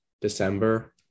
December